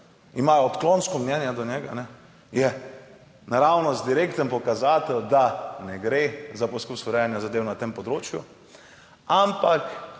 imajo odklonsko mnenje do njega je naravnost direkten pokazatelj, da ne gre za poskus urejanja zadev na tem področju, ampak